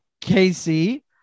Casey